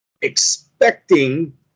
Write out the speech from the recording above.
expecting